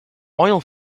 oil